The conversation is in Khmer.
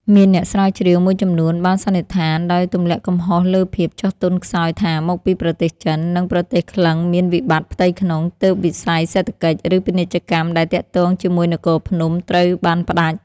មានអ្នកស្រាវជ្រាវមួយចំនួនបានសន្និដ្ឋាន ដោយទម្លាក់កំហុសលើភាព ចុះទន់ខ្សោយថា មកពីប្រទេសចិន និងប្រទេសក្លិង្គមានវិបត្តិផ្ទៃក្នុង ទើបវិស័យ សេដ្ឋកិច្ច ឬពាណិជ្ជកម្មដែលទាក់ទងជាមួយនគរភ្នំត្រូវបានផ្តាច់។